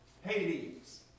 Hades